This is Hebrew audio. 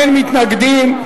אין מתנגדים,